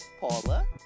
Paula